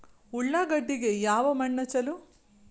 ಉಳ್ಳಾಗಡ್ಡಿಗೆ ಯಾವ ಮಣ್ಣು ಛಲೋ?